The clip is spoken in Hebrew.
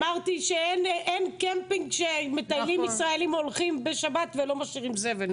אמרתי שאין קמפינג שמטיילים ישראלים הולכים בשבת ולא משאירים זבל.